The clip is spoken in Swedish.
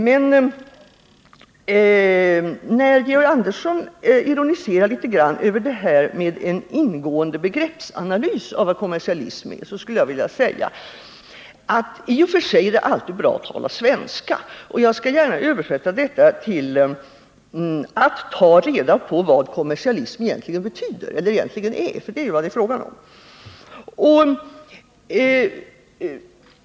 Men när Georg Andersson ironiserar litet över detta med en ingående begreppsanalys av vad kommersialism är, skulle jag vilja säga att det i och för sig alltid är bra att tala svenska. Och jag skall gärna översätta detta uttryck till ”att ta reda på vad kommersialism egentligen är”, för det är vad det är fråga om.